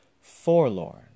Forlorn